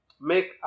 make